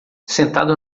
sentado